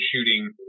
shooting